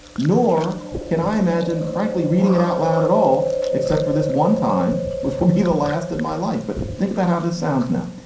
nor can i imagine, frankly, reading it out loud at all, except for this one time, which would be the last in my life. but think about how this sounds now.